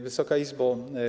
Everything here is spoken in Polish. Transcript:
Wysoka Izbo!